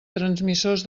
transmissors